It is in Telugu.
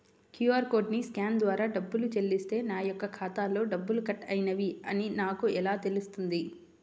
క్యూ.అర్ కోడ్ని స్కాన్ ద్వారా డబ్బులు చెల్లిస్తే నా యొక్క ఖాతాలో డబ్బులు కట్ అయినవి అని నాకు ఎలా తెలుస్తుంది?